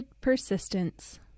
persistence